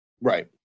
Right